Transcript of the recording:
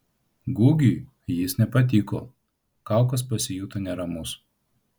gugiui jis nepatiko kaukas pasijuto neramus